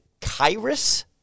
Kyrus